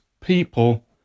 people